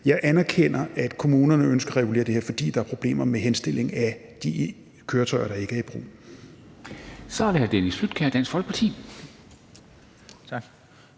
Jeg anerkender, at kommunerne ønsker at regulere det her, fordi der er problemer med henstilling af de køretøjer, der ikke er i brug.